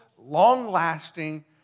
long-lasting